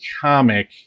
comic